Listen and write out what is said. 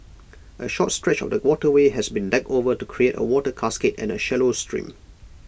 A short stretch of the waterway has been decked over to create A water cascade and A shallow stream